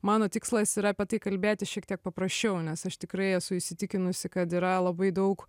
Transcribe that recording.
mano tikslas yra apie tai kalbėti šiek tiek paprasčiau nes aš tikrai esu įsitikinusi kad yra labai daug